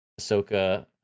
Ahsoka